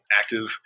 active